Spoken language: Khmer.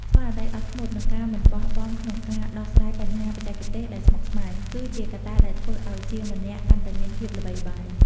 ស្មារតីអត់ធ្មត់ និងការមិនបោះបង់ក្នុងការដោះស្រាយបញ្ហាបច្ចេកទេសដែលស្មុគស្មាញ គឺជាកត្តាដែលធ្វើឱ្យជាងម្នាក់កាន់តែមានភាពល្បីល្បាញ។